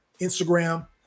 Instagram